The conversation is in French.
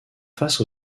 face